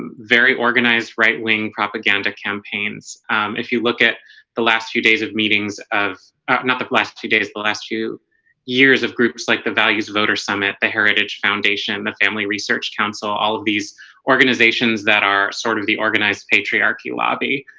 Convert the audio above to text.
very organized right-wing propaganda campaigns if you look at the last few days of meetings of not the last two days the last you years of groups like the values voter summit the heritage foundation the family research council all of these organizations that are sort of the organized patriarchy lobby